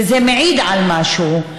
וזה מעיד על משהו,